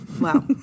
wow